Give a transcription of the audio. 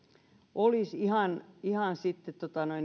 olisi ihan ihan sitten